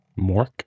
Mork